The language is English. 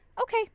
Okay